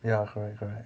ya correct correct